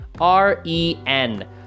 R-E-N